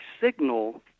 signal